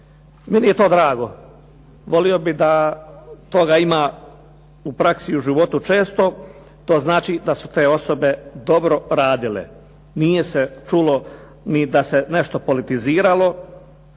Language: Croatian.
Meni je to drago. Volio bih da toga ima u praksi, u životu često. To znači da su te osobe dobro radile. Nije se čulo ni da se nešto politiziralo